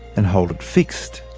and hold it fixed.